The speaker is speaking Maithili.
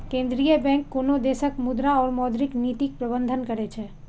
केंद्रीय बैंक कोनो देशक मुद्रा और मौद्रिक नीतिक प्रबंधन करै छै